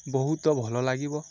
ବହୁତ ଭଲ ଲାଗିବ